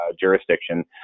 jurisdiction